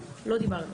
לא דיברנו.